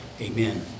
amen